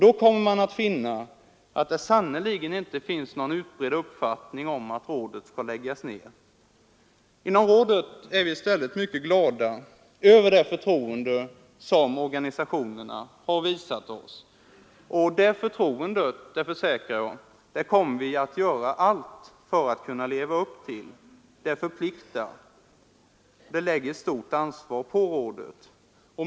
Då kommer man att finna att det sannerligen inte finns någon utbredd uppfattning om att rådet skall läggas ned. Inom ungdomsrådet är vi i stället mycket glada för det förtroende som organisationerna har visat oss. Det förtroendet, det försäkrar jag, kommer vi att göra allt för att leva upp till. Det förpliktar, och det lägger ett stort ansvar på rådet.